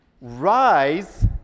Rise